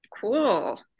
Cool